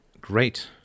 great